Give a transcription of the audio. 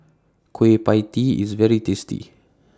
Kueh PIE Tee IS very tasty